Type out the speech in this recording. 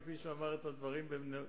כפי שאמר את הדברים בנאומו,